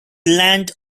land